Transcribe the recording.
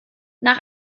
nach